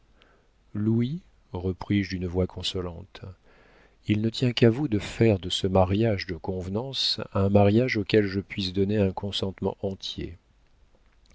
louis repris-je d'une voix consolante il ne tient qu'à vous de faire de ce mariage de convenance un mariage auquel je puisse donner un consentement entier